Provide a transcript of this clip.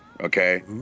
Okay